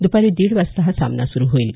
दुपारी दीड वाजता सामना सुरु होईल